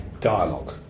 dialogue